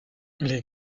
les